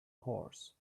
horse